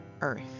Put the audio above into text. earth